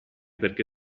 perché